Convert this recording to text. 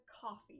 coffee